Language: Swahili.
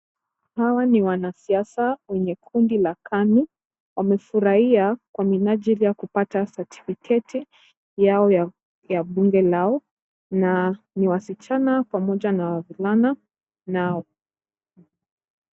Hawa ni wanasiasa kwenye kundi la KANU. Wamefurahia kwa minajili ya kupata satifiketi yao ya bunge lao na ni wasichana pamoja na wavulana.